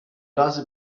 razy